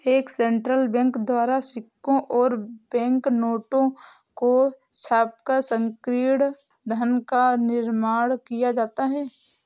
एक central bank द्वारा सिक्कों और बैंक नोटों को छापकर संकीर्ण धन का निर्माण किया जाता है